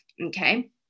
okay